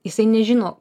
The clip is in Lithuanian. jisai nežino